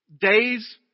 days